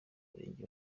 murenge